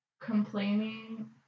complaining